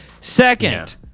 Second